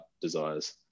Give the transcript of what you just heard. desires